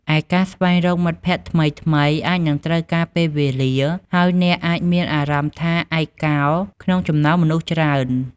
ឯការស្វែងរកមិត្តភក្តិថ្មីៗអាចនឹងត្រូវការពេលវេលា ហើយអ្នកអាចមានអារម្មណ៍ថាឯកកោក្នុងចំណោមមនុស្សច្រើន។